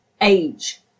age